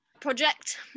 project